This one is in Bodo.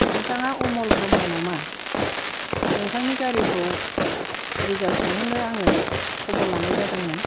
नोंथाङा अमल ब्रम्ह नामा नोंथांनि गारिखौ रिजाब सोंहरनो आङो खबर लानाय जादोंमोन